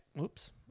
Oops